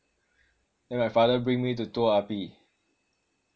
then my father bring me to tour R_P